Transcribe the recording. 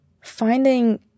finding